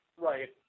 Right